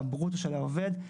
הברוטו של העובד,